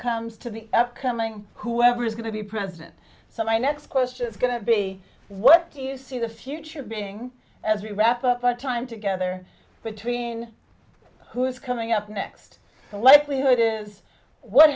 comes to the upcoming whoever is going to be president so my next question is going to be what do you see the future being as we wrap up our time together between who is coming up next and let me know it is what